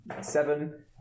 Seven